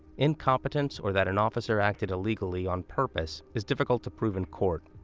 incompetence or that an officer acted illegally on purpose is difficult to prove in court,